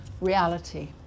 reality